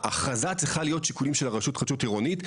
ההכרזה צריכה להיות שיקולים של הרשות להתחדשות עירונית.